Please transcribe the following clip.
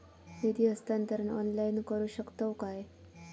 निधी हस्तांतरण ऑनलाइन करू शकतव काय?